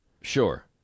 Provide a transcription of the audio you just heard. Sure